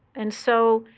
and so